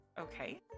Okay